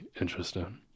interesting